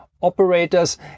operators